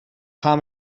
some